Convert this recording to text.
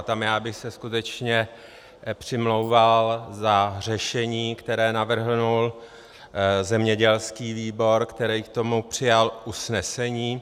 A tam bych se skutečně přimlouval za řešení, které navrhl zemědělský výbor, který k tomu přijal usnesení.